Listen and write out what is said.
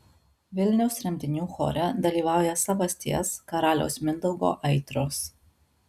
vilniaus tremtinių chore dalyvauja savasties karaliaus mindaugo aitros